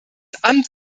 amt